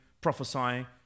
prophesying